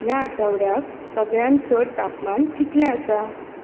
ह्या आठवड्याक सगळ्यांत चड तापमान कितलें आसा